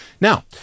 Now